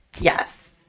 Yes